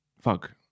Fuck